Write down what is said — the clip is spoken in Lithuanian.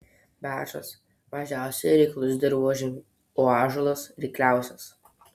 beržas mažiausiai reiklus dirvožemiui o ąžuolas reikliausias